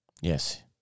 Yes